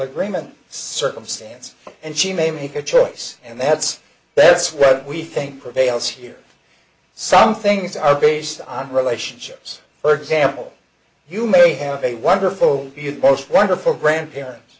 agreement circumstance and she may make a choice and that's that's what we think prevails here some things are based on relationships for example you may have a wonderful most wonderful grandparent